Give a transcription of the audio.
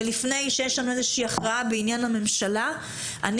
ולפני שיש לנו איזה שהיא הכרעה בעניין הממשלה אני